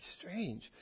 strange